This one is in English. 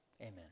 Amen